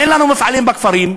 אין לנו מפעלים בכפרים,